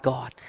God